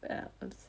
ya it is